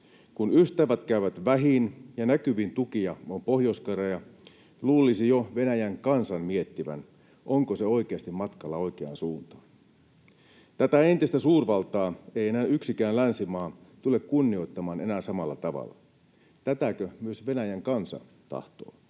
Kun ystävät käyvät vähiin ja näkyvin tukija on Pohjois-Korea, luulisi jo Venäjän kansan miettivän, onko se oikeasti matkalla oikeaan suuntaan. Tätä entistä suurvaltaa ei yksikään länsimaa tule kunnioittamaan enää samalla tavalla. Tätäkö myös Venäjän kansa tahtoo?